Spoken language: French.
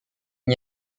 n’y